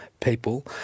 people